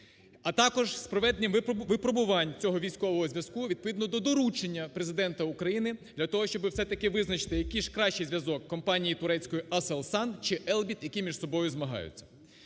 а також з проведенням випробувань цього військового зв'язку відповідно до доручення Президента України для того, щоб все ж таки визначити, який же кращий зв'язок компанії турецької Аselsan чи Еlbit, які між собою змагаються.